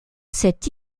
cette